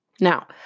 Now